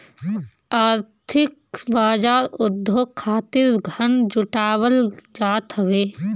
आर्थिक बाजार उद्योग खातिर धन जुटावल जात हवे